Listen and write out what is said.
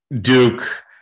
Duke